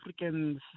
Africans